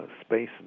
space